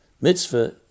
mitzvah